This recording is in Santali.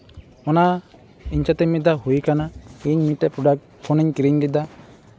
ᱚᱱᱟ ᱤᱧ ᱥᱟᱛᱮᱜ ᱢᱤᱫ ᱫᱷᱟᱣ ᱦᱩᱭ ᱠᱟᱱᱟ ᱤᱧ ᱢᱤᱫᱴᱮᱱ ᱯᱨᱚᱰᱟᱠᱴ ᱯᱷᱳᱱ ᱤᱧ ᱠᱤᱨᱤᱧ ᱞᱮᱫᱟ